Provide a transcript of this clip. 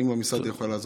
אם אני לא טועה,